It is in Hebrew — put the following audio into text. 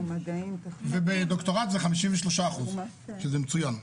בדוקטורט זה 53%, שזה מצוין.